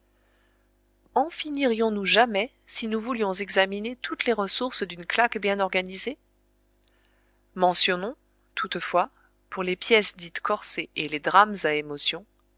en finirions nous jamais si nous voulions examiner toutes les ressources d'une claque bien organisée mentionnons toutefois pour les pièces dites corsées et les drames à émotions